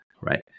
right